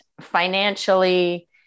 financially